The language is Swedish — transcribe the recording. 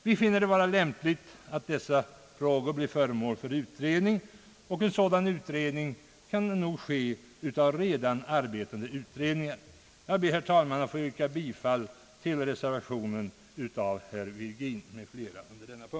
Vi finner det lämpligt att dessa frågor blir föremål för utredning. Den uppgiften skulle kunna åläggas någon av redan arbetande utredningar. Jag ber, herr talman, att få yrka bifall till reservationen av herr Virgin m.fl. vid denna punkt.